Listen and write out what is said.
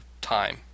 time